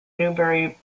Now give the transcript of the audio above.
newbury